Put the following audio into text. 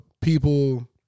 people